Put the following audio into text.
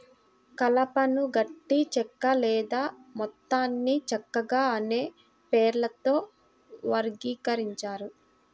కలపను గట్టి చెక్క లేదా మెత్తని చెక్కగా అనే పేర్లతో వర్గీకరించారు